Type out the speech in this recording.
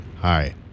Hi